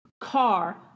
car